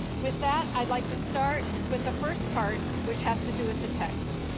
with that, i'd like to start with the first part, which has to do with the text.